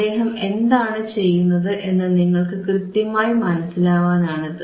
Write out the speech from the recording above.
അദ്ദേഹം എന്താണ് ചെയ്യുന്നത് എന്നു നിങ്ങൾക്കു കൃത്യമായി മനസിലാവാനാണ് ഇത്